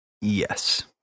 Yes